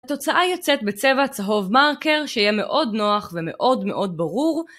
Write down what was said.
התוצאה יוצאת בצבע צהוב מרקר, שיהיה מאוד נוח ומאוד מאוד ברור.